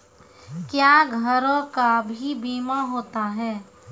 क्या घरों का भी बीमा होता हैं?